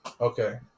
Okay